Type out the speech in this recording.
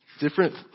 different